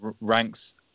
ranks